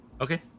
Okay